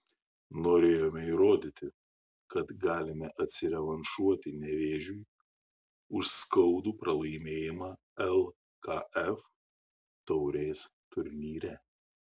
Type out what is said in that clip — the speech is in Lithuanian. norėjome įrodyti kad galime atsirevanšuoti nevėžiui už skaudų pralaimėjimą lkf taurės turnyre